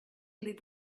live